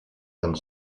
and